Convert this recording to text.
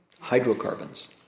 hydrocarbons